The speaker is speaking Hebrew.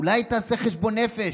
אולי תעשה חשבון נפש?